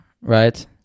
right